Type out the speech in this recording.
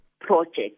project